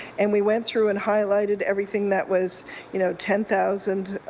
and we went through and highlighted everything that was you know ten thousand